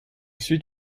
suit